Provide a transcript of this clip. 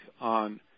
on